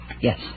Yes